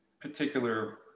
particular